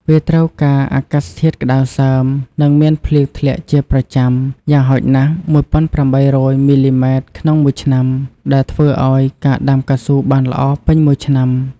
វាត្រូវការអាកាសធាតុក្តៅសើម និងមានភ្លៀងធ្លាក់ជាប្រចាំ យ៉ាងហោចណាស់ ១៨០០ មិល្លីម៉ែត្រក្នុងមួយឆ្នាំ ដែលធ្វើឲ្យការដាំកៅស៊ូបានល្អពេញមួយឆ្នាំ។